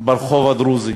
ברחוב הדרוזי